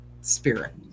spirit